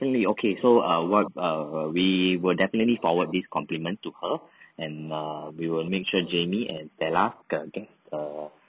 definitely okay so err what err we will definitely forward this compliment to her and err we will make sure jamie and stella g~ get a